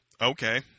okay